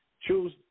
choose